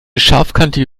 scharfkantige